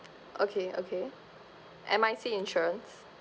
okay okay M I C insurance